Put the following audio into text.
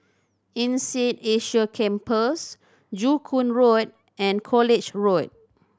INSEAD Asia Campus Joo Koon Road and College Road